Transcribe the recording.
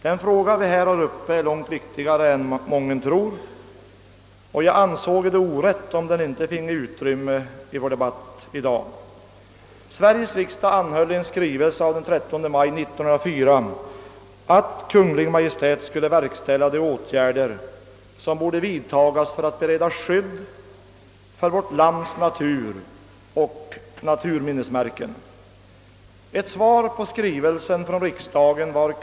Den fråga beträffande nationalparkerna som vi nu behandlar är långt viktigare än mången tror, och jag anser att det vore orätt, om den icke finge utrymme i vår debatt. och naturminnesmärken. Ett. .svar på skrivelsen från riksdagen var »Kungl.